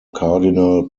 cardinal